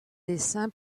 dessin